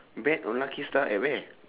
bet on lucky star at where